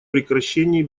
прекращении